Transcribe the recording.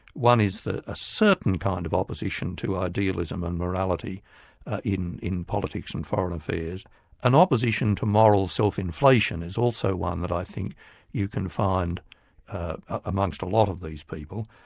one is that a certain kind of opposition to idealism and morality in in politics and foreign affairs an opposition to moral self-inflation is also one that i think you can find amongst a lot of these people.